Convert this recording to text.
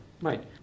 Right